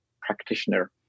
practitioner